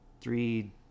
three